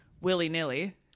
willy-nilly